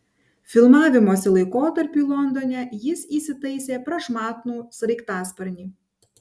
filmavimosi laikotarpiui londone jis įsitaisė prašmatnų sraigtasparnį